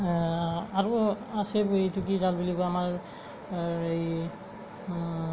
আৰু আছে এইটো কি জাল বুলি কয় আমাৰ